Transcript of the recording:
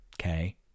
Okay